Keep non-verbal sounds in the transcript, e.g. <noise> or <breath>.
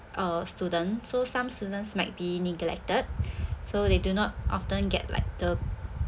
uh student so some students might be neglected <breath> so they do not often get like the